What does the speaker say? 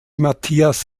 mathias